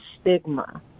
stigma